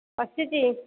ବସିଛି